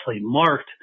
marked